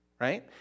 right